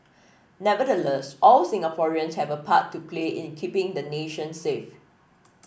nevertheless all Singaporeans have a part to play in the keeping the nation safe